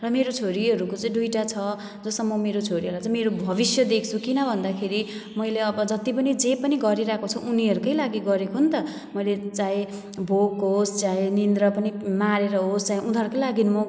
र मेरो छोरीहरूको चाहिँ दुईटा छ जो चाहिँ म मेरो छोरीहरूलाई चाहिँ मेरो भविष्य देख्छु किन भन्दाखेरि मैले अब जति पनि जे पनि गरिरहेको छु उनीहरूकै लागि गरेको नि त मैले चाहे भोक होस् चाहे निद्रा पनि मारेर होस् चाहे उनीहरूकै लागि म